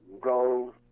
go